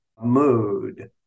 mood